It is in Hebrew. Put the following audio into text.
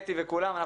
אתי וכולם,